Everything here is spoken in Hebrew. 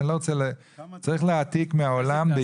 צריך להעתיק מהעולם.